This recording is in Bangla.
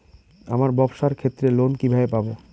আমার ব্যবসার ক্ষেত্রে লোন কিভাবে পাব?